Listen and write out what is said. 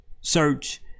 search